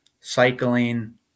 cycling